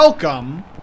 Welcome